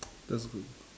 that's good